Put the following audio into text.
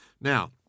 Now